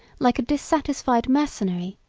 like a dissatisfied mercenary,